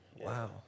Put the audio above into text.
Wow